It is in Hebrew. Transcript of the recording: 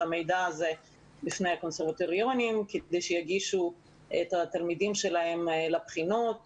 המידע הזה בפני הקונסרבטוריונים כדי שיגישו את התלמידים שלהם לבחינות